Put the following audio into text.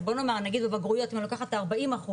אז בוא נאמר בבגרויות אני לוקחת את ה-40%,